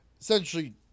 essentially